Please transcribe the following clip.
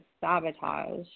sabotage